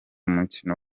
umukino